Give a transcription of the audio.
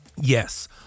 Yes